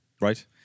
Right